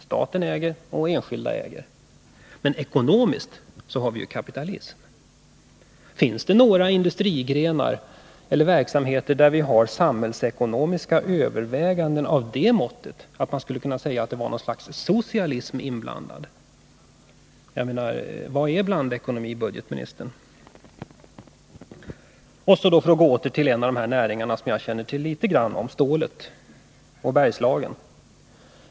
Staten äger, och enskilda äger. Men ekonomiskt har vi ju kapitalism. Finns det några industrigrenar eller verksamheter där vi har samhällsekonomiska överväganden av det måttet att man skulle kunna säga att något slags socialism är inblandat? Vad är blandekonomi, budgetministern? Så vill jag på nytt gå till en av de näringar jag känner litet till, stålnäringen i Bergslagen.